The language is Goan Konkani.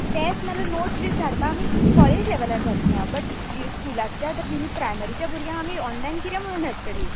टॅस नाल्या नोट्स बी धाडपा आमी कॉलेज लॅवलार धाडटा बट ई स्कुलाच्या तर प्रायमरीच्या भुरग्यांक आमी ऑनलायन किरें म्हुणून धाडटलीं